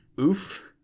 Oof